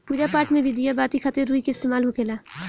पूजा पाठ मे भी दिया बाती खातिर रुई के इस्तेमाल होखेला